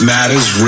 Matters